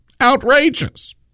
Outrageous